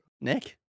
nick